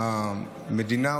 המדינה,